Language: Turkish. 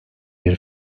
bir